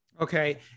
Okay